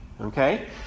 Okay